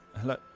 Hello